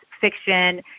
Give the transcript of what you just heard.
fiction